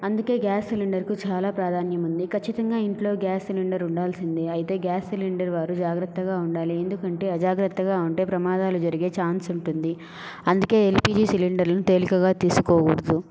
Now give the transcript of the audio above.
అందుకే gas cylinder కు చాలా ప్రాధాన్యం ఉంది ఖచ్చితంగా ఇంట్లో గ్యాస్ సిలిండర్ ఉండాల్సిందే అయితే గ్యాస్ సిలిండర్ వారు జాగ్రత్తగా ఉండాలి ఎందుకంటే అజాగ్రత్తగా ఉంటే ప్రమాదాలు జరిగే ఛాన్స్ ఉంటుంది అందుకే ఎల్పిజి సిలిండర్ ను తేలికగా తీసుకోకూడదు